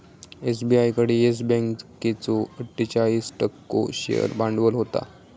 SBI कडे Yes बँकेचो अट्ठोचाळीस टक्को शेअर भांडवल होता